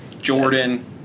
Jordan